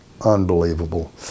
unbelievable